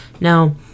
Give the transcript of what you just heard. now